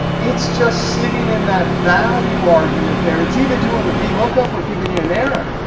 it's just sitting in that value argument there, it's either doing the vlookup or giving you an error.